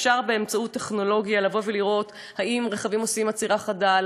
אפשר באמצעות טכנולוגיה לראות אם רכבים עושים עצירה חדה,